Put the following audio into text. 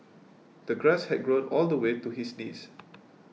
the grass had grown all the way to his knees